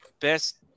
Best